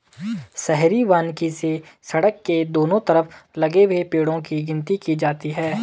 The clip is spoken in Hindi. शहरी वानिकी से सड़क के दोनों तरफ लगे हुए पेड़ो की गिनती की जाती है